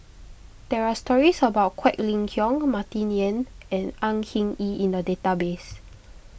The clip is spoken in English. there are stories about Quek Ling Kiong Martin Yan and Au Hing Yee in the database